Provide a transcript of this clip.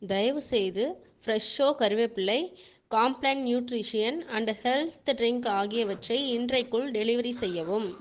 தயவுசெய்து ஃப்ரெஷோ கறிவேப்பிலை Complan nutrition and health drink ஆகியவற்றை இன்றைக்குள் டெலிவெரி செய்யவும்